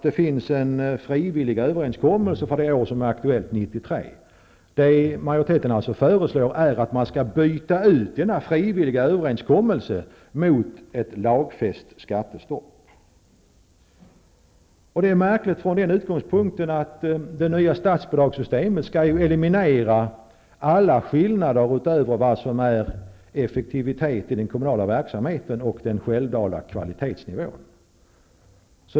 Det finns ju en frivillig överenskommelse för det år som är aktuellt -- 1993. Det som majoriteten föreslår är att man skall byta ut denna frivilliga överenskommelse mot ett lagfäst skattestopp. Det är märkligt från den utgångspunkten att det nya statsbidragssystemet skall eliminera alla skillnader utöver vad som är effektivitet i den kommunala verksamheten och kvalitetsnivån.